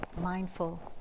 mindful